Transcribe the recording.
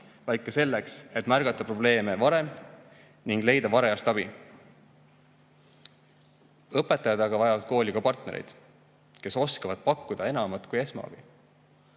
vaid ka selleks, et märgata probleeme varem ning leida varajast abi. Õpetajad aga vajavad kooli ka partnereid, kes oskavad pakkuda enamat kui esmaabi.